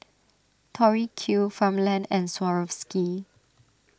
Tori Q Farmland and Swarovski